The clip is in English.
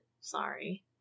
Sorry